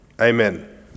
Amen